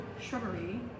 shrubbery